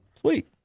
Sweet